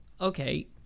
okay